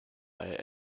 higher